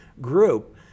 group